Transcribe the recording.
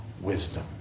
wisdom